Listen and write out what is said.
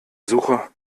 suche